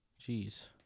Jeez